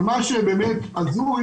אבל מה שבאמת עצוב,